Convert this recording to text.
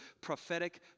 prophetic